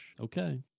Okay